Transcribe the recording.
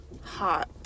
hot